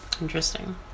Interesting